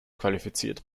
qualifiziert